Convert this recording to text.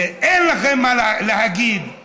אין לכם מה להגיד,